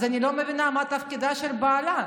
אז אני לא מבינה מה תפקידו של בעלה.